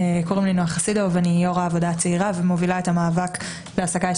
אני יו"ר "העבודה הצעירה" ומובילה את המאבק בהעסקה של